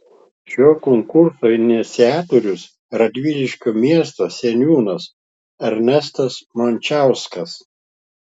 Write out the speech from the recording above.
šio konkurso iniciatorius radviliškio miesto seniūnas ernestas mončauskas